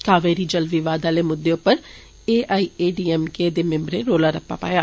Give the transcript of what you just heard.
कावेरी जल विवाद आहले मुद्दें उप्पर A I A D M K दे मिम्बरें रोला रप्पा पाया